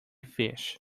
fish